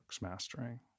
Mastering